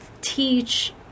teach